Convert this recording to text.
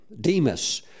Demas